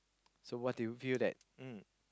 so what do you view that mm